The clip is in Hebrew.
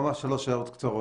שלוש הערות קצרות.